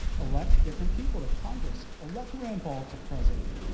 elect different people to congress. elect rand paul to president.